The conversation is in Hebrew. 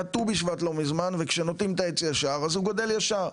היה ט"ו בשבט לא מזמן וכשנוטעים את העץ ישר אז הוא גדל ישר,